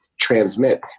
transmit